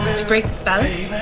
to break the spell,